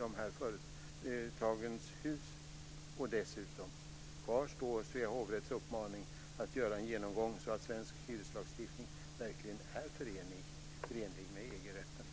av dessa bolag. Och dessutom: Kvar står Svea hovrätts uppmaning att göra en genomgång av svensk hyreslagstiftning för att se om den verkligen är förenlig med EG-rätten.